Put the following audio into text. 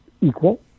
equal